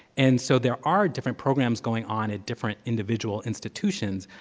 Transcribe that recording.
and so there are different programs going on at different individual institutions,